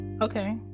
Okay